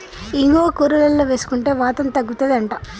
ఇంగువ కూరలల్ల వేసుకుంటే వాతం తగ్గుతది అంట